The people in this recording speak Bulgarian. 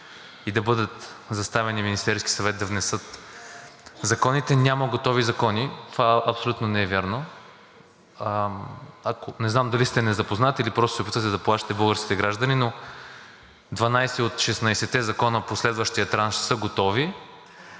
и да бъде заставен Министерският съвет да внесе законите, че няма готови закони, това абсолютно не е вярно. Не знам дали не сте запознат, или просто се опитвате да плашите българските граждани, но 12 от 16-те закона по следващия транш са готови.